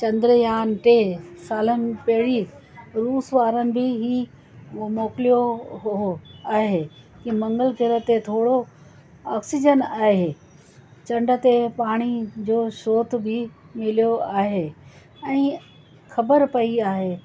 चंद्रयानु टे सालनि पहरीं रूस वारनि बि हीउ उहो मोकिलियो उहो ऐं की मंगल गृह ते थोरो ऑक्सीजन आहे चंड ते पाणी जो श्रोत बि मिलियो आहे ऐं ख़बर पई आहे